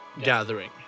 gathering